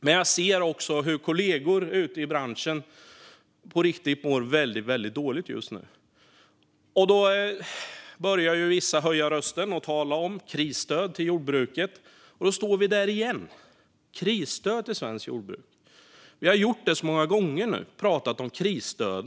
Men jag ser också hur kollegor i branschen på riktigt mår väldigt dåligt just nu. Då börjar vissa höja rösten och tala om krisstöd till jordbruket. Och då står vi där igen - krisstöd till svenskt jordbruk. Vi har så många gånger pratat om krisstöd.